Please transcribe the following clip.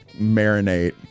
marinate